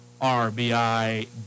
rbi